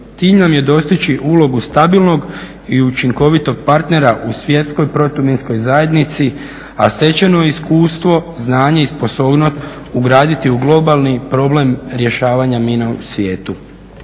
Cilj nam je dostići ulogu stabilnog i učinkovitog partnera u svjetskoj protuminskoj zajednici, a stečeno iskustvo, znanje i sposobnost ugraditi u globalni problem rješavanja mina u svijetu.